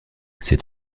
c’est